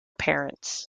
parents